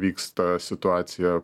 vyksta situacija